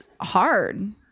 hard